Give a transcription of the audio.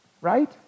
right